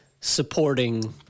supporting